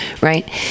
right